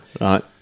right